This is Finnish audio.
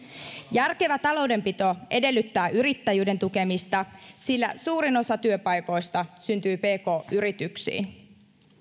järkevä taloudenpito edellyttää yrittäjyyden tukemista sillä suurin osa työpaikoista syntyy pk yrityksiin